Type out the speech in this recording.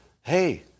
hey